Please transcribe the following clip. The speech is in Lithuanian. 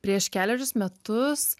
prieš kelerius metus